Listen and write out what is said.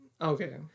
Okay